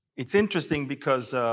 it's interesting because